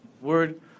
word